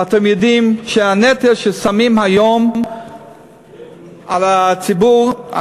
ואתם יודעים שהנטל ששמים היום על הציבור,